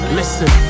listen